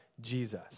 Jesus